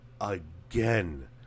again